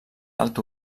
alt